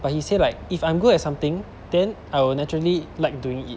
but he say like if I'm good at something then I will naturally like doing it